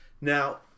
Now